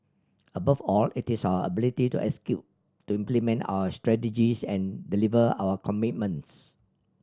above all it is our ability to execute to implement our strategies and deliver our commitments